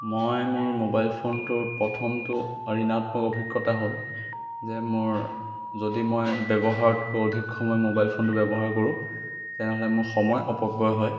মই মোৰ মোবাইল ফোনটোৰ প্ৰথমটো ঋণাত্মক অভিজ্ঞতা হ'ল যে মোৰ যদি মই ব্যৱহাৰতকৈ অধিক সময় মোবাইল ফোনটো ব্যৱহাৰ কৰোঁ তেনেহ'লে মোৰ সময় অপব্যয় হয়